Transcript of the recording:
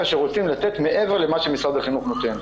שרוצים לתת מעבר למה שמשרד החינוך נותן.